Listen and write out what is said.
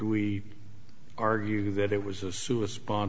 we argue that it was a suicide bomb